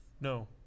No